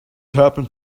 happened